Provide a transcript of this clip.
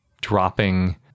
dropping